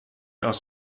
aus